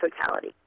totality